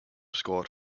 scored